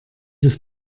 das